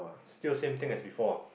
still same thing as before ah